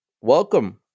Welcome